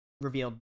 revealed